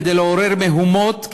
כדי לעורר מהומות,